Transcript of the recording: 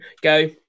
go